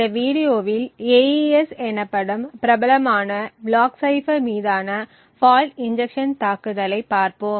இந்த வீடியோவில் AES எனப்படும் பிரபலமான பிளாக் சைபர் மீதான ஃபால்ட் இன்ஜெக்ஷன் தாக்குதல்களைப் பார்ப்போம்